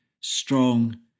strong